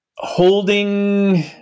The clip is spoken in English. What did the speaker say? Holding